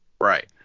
Right